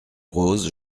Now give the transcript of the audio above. rose